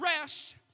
rest